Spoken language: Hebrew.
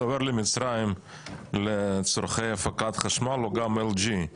זה עובר למצרים לצרכי הפקת חשמל או גם LG,